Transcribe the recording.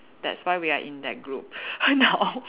that's why we are in that group now